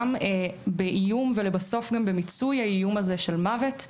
גם באיום ולבסוף גם במיצוי האיום הזה של מוות,